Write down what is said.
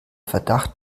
verdacht